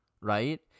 right